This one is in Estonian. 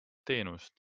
teenust